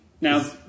Now